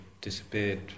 disappeared